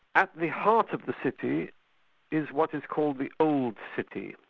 at the heart of the city is what is called the old city,